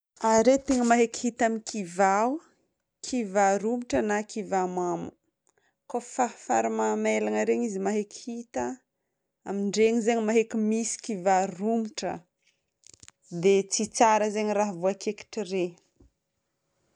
Aretina maheky hita amin'ny kiva: kiva romotra na kiva mamo. Kôfa fary mamelagna iregny izy maheky hita. Amin-dregny zegny maaheky misy kiva romotra. Dia tsy tsara zegny raha voakaikitr'iregny.